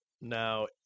Now